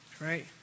right